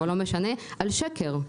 על שקר.